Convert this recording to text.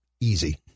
easy